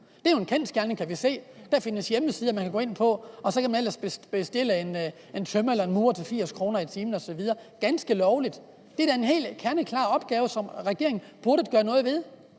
Det er jo en kendsgerning, kan vi se. Der findes hjemmesider, man kan gå ind på, og så kan man ellers bestille en tømrer eller en murer til 80 kr. i timen osv. Det er ganske lovligt. Det er da en helt klar opgave, som regeringen burde gøre noget ved,